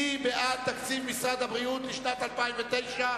מי בעד תקציב משרד הבריאות לשנת 2009,